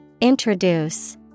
Introduce